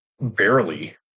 Barely